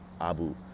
Abu